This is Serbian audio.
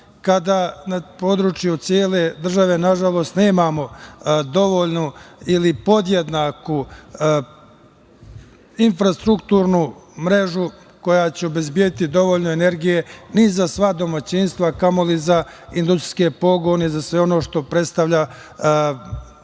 kada na području cele države nažalost nemamo dovoljnu ili podjednaku infrastrukturnu mrežu koja će obezbediti dovoljno energije, ni za sva domaćinstva, a kamoli za industrijske pogone i za sve ono što predstavlja